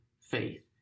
faith